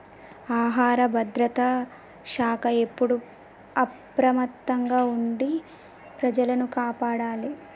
ఆహార భద్రత శాఖ ఎప్పుడు అప్రమత్తంగా ఉండి ప్రజలను కాపాడాలి